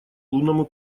лунному